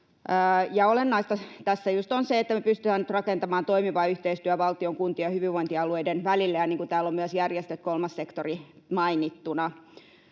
Olennaista tässä on just se, että me pystytään nyt rakentamaan toimiva yhteistyö valtion, kuntien ja hyvinvointialueiden sekä järjestöjen — niin kuin täällä on myös kolmas sektori mainittu